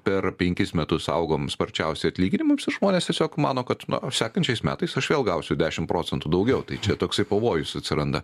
per penkis metus augom sparčiausiai atlyginimams žmonės tiesiog mano kad na sekančiais metais aš vėl gausiu dešim procentų daugiau tai čia toksai pavojus atsiranda